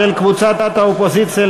של קבוצת האופוזיציה,